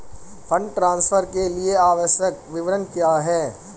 Fund transfer के लिए आवश्यक विवरण क्या हैं?